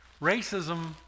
Racism